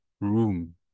room